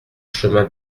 chemin